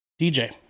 DJ